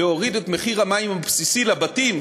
להוריד את מחיר המים הבסיסי לבתים,